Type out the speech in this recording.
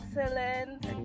excellent